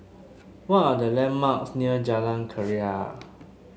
what are the landmarks near Jalan Keria